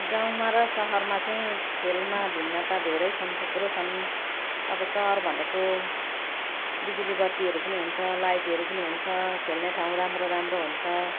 गाउँमा र सहरमा चाहिँ खेलमा भिन्नता धेरै छन् थुप्रो छन् अब सहर भनेको बिजुली बत्तीहरू पनि हुन्छ लाइटहरू पनि हुन्छ खेल्ने ठाउँ राम्रो राम्रो हुन्छ